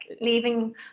leaving